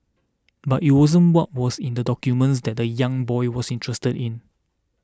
but it wasn't what was in the documents that the young boy was interested in